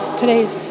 today's